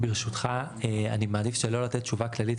ברשותך, אני מעדיף שלא לתת תשובה כללית.